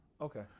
Okay